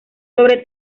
sobre